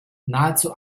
nahezu